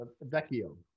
Vecchio